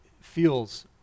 feels